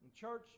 church